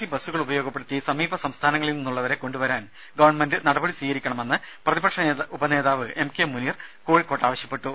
C ബസ്സുകൾ ഉപയോഗപ്പെടുത്തി സമീപ സംസ്ഥാനങ്ങളിൽ നിന്നുള്ളവരെ കൊണ്ടുവരാൻ ഗവൺമെന്റ് നടപടി സ്വീകരിക്കണമെന്ന് പ്രതിപക്ഷ ഉപനേതാവ് എം കെ മുനീർ കോഴിക്കോട് ആവശ്യപ്പെട്ടു